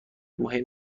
مهم